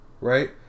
right